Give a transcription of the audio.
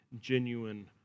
genuine